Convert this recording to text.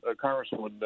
congressman